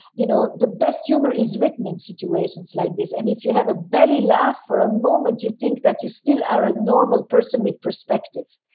you know, the best humor is written in situations like this. and if you have a belly laugh for a moment, you think that you still are a normal person with perspective.